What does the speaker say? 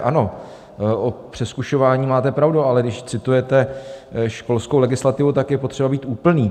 Ano, o přezkušování máte pravdu, ale když citujete školskou legislativu, tak je potřeba být úplný.